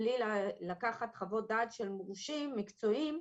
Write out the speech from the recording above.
בלי לקחת חוות דעת של מורשים מקצועיים,